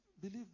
believe